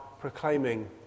proclaiming